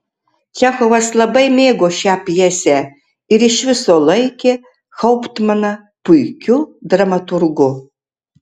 čechovas labai mėgo šią pjesę ir iš viso laikė hauptmaną puikiu dramaturgu